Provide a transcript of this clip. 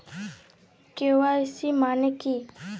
KYC মানে কী?